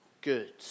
good